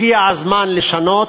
הגיע הזמן לשנות,